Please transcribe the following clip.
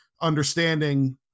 understanding